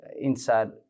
inside